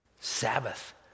Sabbath